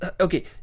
Okay